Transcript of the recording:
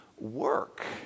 work